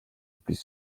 plus